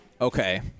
Okay